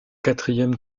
quatrième